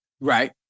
right